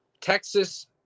Texas